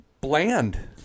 bland